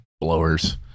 blowers